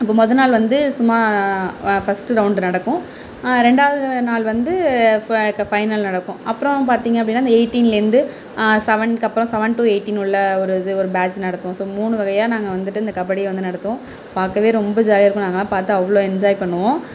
இப்போ மொதல் நாள் வந்து சும்மா ஃபஸ்ட் ரவுண்ட் நடக்கும் ரெண்டாவது நாள் வந்து ஃபைனல் நடக்கும் அப்பறம் பார்த்திங்க அப்படினா அந்த எய்ட்டீன்லேருந்து செவன் அப்பறம் சவன் டு எய்ட்டீன் உள்ள ஒரு இது ஒரு பேட்ச் நடத்தும் ஸோ மூணு வகையாக நாங்கள் வந்துட்டு இந்த கபடியை வந்து நடத்துவோம் பார்க்கவே ரொம்ப ஜாலியாக இருக்கும் நாங்கல்லாம் பார்த்து அவ்வளோ என்ஜாய் பண்ணுவோம்